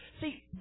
See